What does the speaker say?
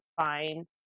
find